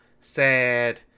sad